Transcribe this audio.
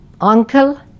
uncle